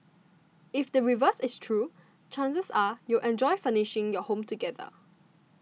if the reverse is true chances are you'll enjoy furnishing your home together